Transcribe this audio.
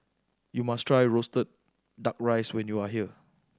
you must try roasted Duck Rice when you are here